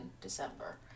December